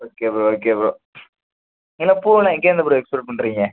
okay bro okay bro இந்த பூவெல்லாம் எங்கேயிருந்து ப்ரோ எக்ஸ்போர்ட் பண்ணுறீங்க